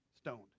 stoned